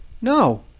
No